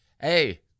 hey